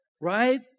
Right